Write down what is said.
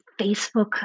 Facebook